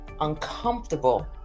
uncomfortable